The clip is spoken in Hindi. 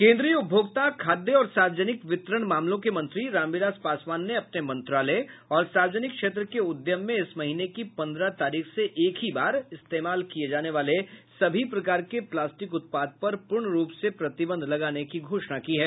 केन्द्रीय उपभोक्ता खाद्य और सार्वजनिक वितरण मामलों के मंत्री राम विलास पासवान ने अपने मंत्रालय और सार्वजनिक क्षेत्र के उद्यम में इस महीने की पन्द्रह तरीख से एक ही बार इस्तेमाल किए जाने वाले सभी प्रकार के प्लास्टिक उत्पाद पर पूर्णरूप से प्रतिबंध लगाने की घोषणा की है